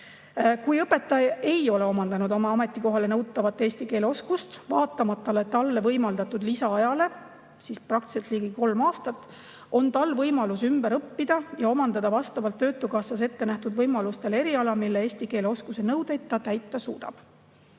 Kui õpetaja ei ole omandanud oma ametikohale nõutavat eesti keele oskust vaatamata talle võimaldatud lisaajale – mis on praktiliselt ligi kolm aastat –, on tal võimalus ümber õppida ja omandada vastavalt Töötukassas ette nähtud võimalustele eriala, mille eesti keele oskuse nõudeid ta täita suudab.